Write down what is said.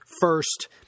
first